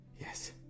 Yes